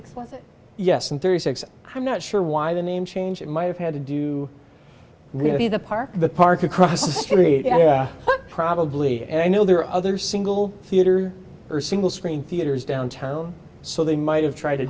it yes and thirty six i'm not sure why the name change might have had to do really the park the park across the street and probably and i know there are other single theater or single screen theaters downtown so they might have tried to